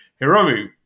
hiromu